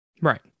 Right